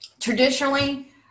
Traditionally